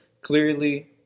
clearly